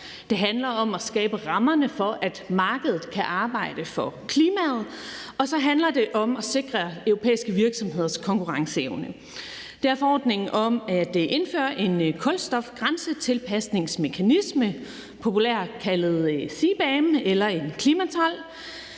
det handler om at skabe rammerne for, at markedet kan arbejde for klimaet, og så handler det om at sikre europæiske virksomheders konkurrenceevne. Det er forordningen om at indføre en kulstofgrænsetilpasningsmekanisme – populært kaldet CBAM eller klimatold